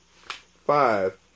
five